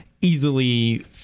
easily